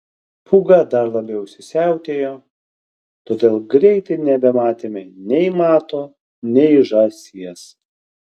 pūga dar labiau įsisiautėjo todėl greitai nebematėme nei mato nei žąsies